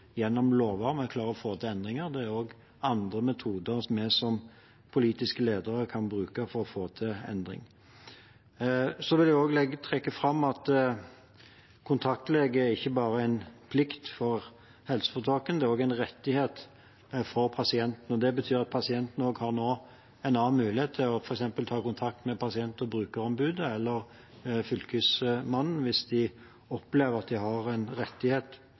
gjennom lover vi klarer å få til endringer. Det er også andre metoder vi som politiske ledere kan bruke for å få til endring. Jeg vil også trekke fram at kontaktlege ikke bare er en plikt for helseforetakene, det er også en rettighet for pasientene. Det betyr at pasientene nå også har en annen mulighet til f.eks. å ta kontakt med Pasient- og brukerombudet eller Fylkesmannen hvis de opplever at de har en